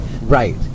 Right